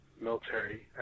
military